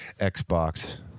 Xbox